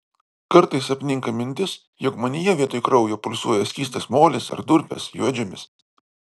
kartais apninka mintis jog manyje vietoj kraujo pulsuoja skystas molis ar durpės juodžemis